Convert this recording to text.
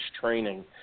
training